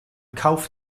kauf